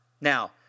Now